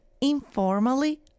informally